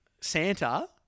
Santa